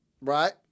right